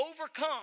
overcome